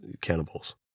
cannibals